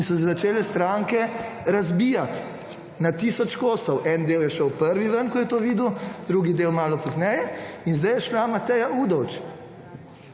in so se začele stranke razbijati na tisoč kosov. Eden del je šel prvi ven, ko je to videl, drugi del malo pozneje in sedaj je šla Mateja Udovč.